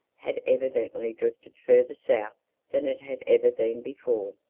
had evidently drifted further south than it had ever been before.